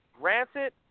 granted